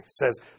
says